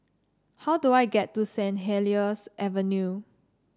how do I get to Saint Helier's Avenue